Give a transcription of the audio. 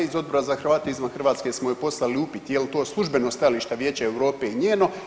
Iz Odbora za Hrvate izvan Hrvatske smo joj poslali upit jel' to službeno stajalište Vijeća Europe i njeno.